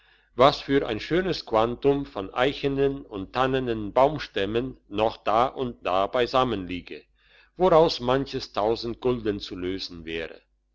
was für ein schönes quantum von eichenen und tannenen baustämmen noch da und da beisammen liege woraus manch tausend gulden zu lösen wäre